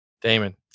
Damon